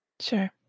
Sure